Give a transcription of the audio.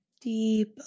deep